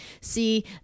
See